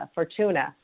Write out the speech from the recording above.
Fortuna